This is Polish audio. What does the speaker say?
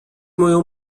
moją